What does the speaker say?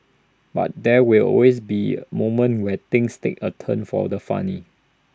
but there will always be moments where things take A turn for the funny